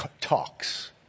talks